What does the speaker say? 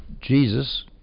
Jesus